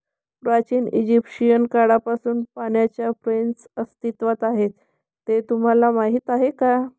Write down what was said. प्राचीन इजिप्शियन काळापासून पाण्याच्या फ्रेम्स अस्तित्वात आहेत हे तुम्हाला माहीत आहे का?